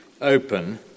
open